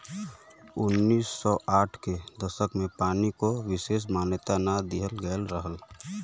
उन्नीस सौ साठ के दसक में पानी को विसेस मान्यता ना दिहल गयल रहल